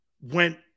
went